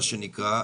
מה שנקרא,